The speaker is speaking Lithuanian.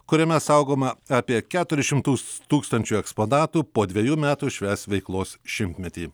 kuriame saugoma apie keturis šimtus tūkstančių eksponatų po dvejų metų švęs veiklos šimtmetį